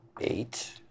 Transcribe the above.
eight